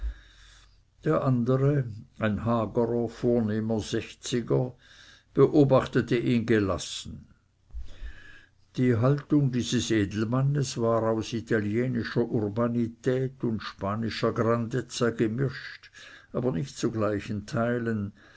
der andere ein hagerer vornehmer sechziger beobachtete ihn gelassen die haltung dieses edelmannes war aus italienischer urbanität und spanischer grandezza gemischt aber nicht zu gleichen teilen